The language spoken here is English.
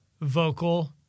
vocal